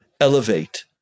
elevate